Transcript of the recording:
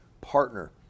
partner